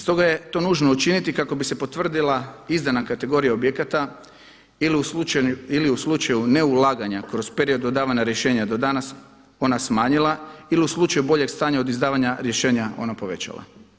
Stoga je to nužno učiniti kako bi se potvrdila izdana kategorija objekata ili u slučaju ne ulaganja kroz period dodavana rješavanja do danas ona smanjila ili u slučaju boljeg stanja od izdavanja rješenja ona povećala.